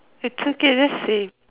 it's okay just say